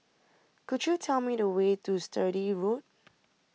could you tell me the way to Sturdee Road